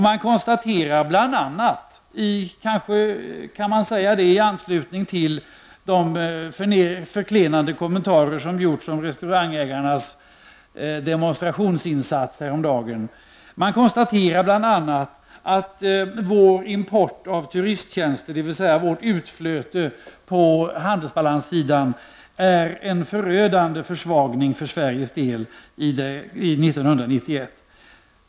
Man konstaterar bl.a. -- det kanske man kan påpeka i anslutning till de förklenande kommentarerna angående restaurangägarnas demonstrationsinsats häromdagen -- att importen av turisttjänster, dvs. vårt utflöde på handelsbalanssidan, för Sveriges del innebär en förödande försvagning 1991.